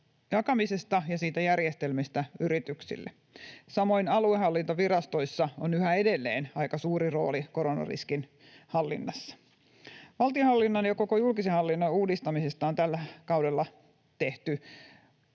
jakamisesta ja sen järjestelemisestä yrityksille. Samoin aluehallintovirastoissa on yhä edelleen aika suuri rooli koronariskin hallinnassa. Valtionhallinnon ja koko julkisen hallinnon uudistamisesta on tällä kaudella tehty